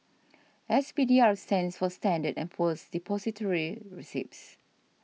S P D R stands for Standard and Poor's Depository Receipts